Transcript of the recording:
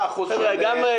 מה אחוז של